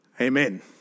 amen